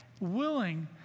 willing